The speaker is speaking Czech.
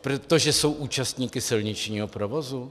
Protože jsou účastníky silničního provozu?